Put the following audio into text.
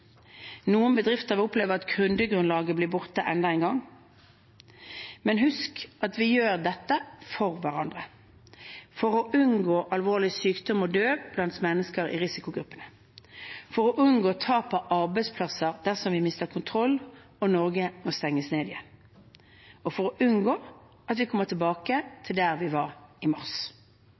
Noen bedrifter vil oppleve at kundegrunnlaget blir borte enda en gang. Men husk at vi gjør dette for hverandre – for å unngå alvorlig sykdom og død blant mennesker i risikogruppene, for å unngå tap av arbeidsplasser dersom vi mister kontroll og Norge må stenges ned igjen, og for å unngå at vi kommer tilbake til der vi var i mars.